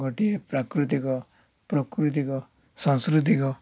ଗୋଟିଏ ପ୍ରାକୃତିକ ପ୍ରକୃତିକ ସଂସ୍କୃତିକ